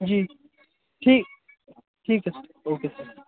जी ठी ठीक है ओके सर